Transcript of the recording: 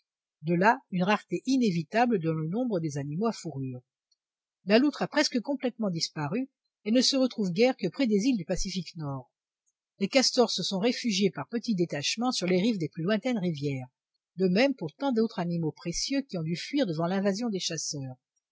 de là une rareté inévitable dans le nombre des animaux à fourrures la loutre a presque complètement disparu et ne se retrouve guère que près des îles du pacifique nord les castors se sont réfugiés par petits détachements sur les rives des plus lointaines rivières de même pour tant d'autres animaux précieux qui ont dû fuir devant l'invasion des chasseurs